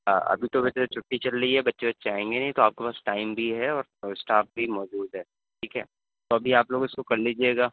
ہاں ابھی تو بچے سے چھٹی چل رہی ہے بچے بچے آئیں گے نہیں تو آپ کے پاس ٹائم بھی ہے اور اسٹاف بھی موجود ہے ٹھیک ہے تو ابھی آپ لوگ اس کو کر لیجیے گا